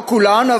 לא כולן,